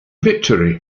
victory